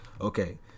Okay